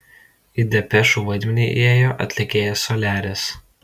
į depešų vaidmenį įėjo atlikėjas soliaris